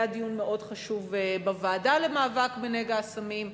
היה דיון מאוד חשוב בוועדה למאבק בנגע הסמים,